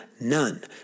none